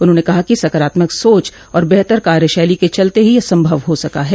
उन्होंने कहा कि सकारात्मक सोच और बेहतर कार्यशैली के चलते ही यह संभव हो सका है